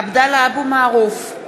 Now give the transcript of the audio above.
עבדאללה אבו מערוף,